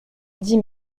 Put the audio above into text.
dix